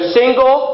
single